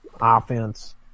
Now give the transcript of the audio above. offense